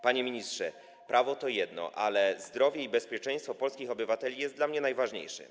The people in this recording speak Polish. Panie ministrze, prawo to jedno, ale zdrowie i bezpieczeństwo polskich obywateli jest dla mnie najważniejsze.